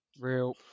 Real